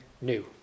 new